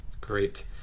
Great